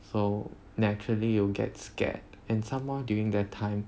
so naturally you will get scared and somehow during that time